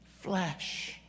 flesh